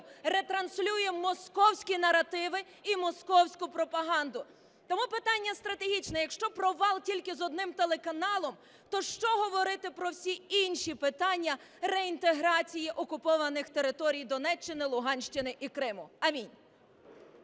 ретранслює московські наративи і московську пропаганду. Тому питання стратегічне: якщо провал тільки з одним телеканалом, то що говорити про всі інші питання реінтеграції окупованих територій Донеччини, Луганщини і Криму? Амінь!